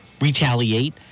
retaliate